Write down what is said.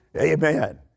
Amen